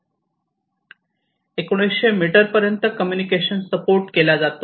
1900 meter पर्यंत communication support केला जातो